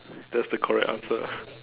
that's the correct answer